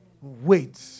Wait